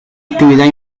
actividad